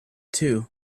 too